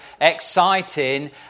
exciting